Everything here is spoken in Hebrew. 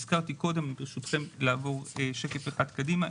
ברשותכם נעבור שקף אחד קדימה.